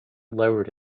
lowered